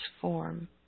form